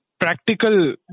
practical